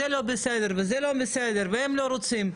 זה לא בסדר וזה לא בסדר והם לא רוצים.